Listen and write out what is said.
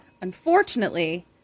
unfortunately